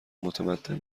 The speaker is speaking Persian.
متمدن